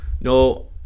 no